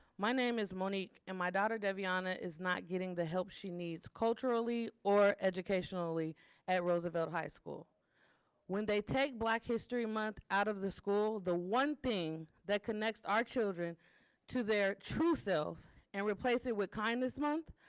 my name is monique and my daughter davion ah is not getting the help she needs culturally or educationally at roosevelt high school when they take black history month out of the school. the one thing that connects our children to their true self and replace it with kindness month.